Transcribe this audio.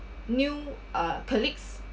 new uh colleagues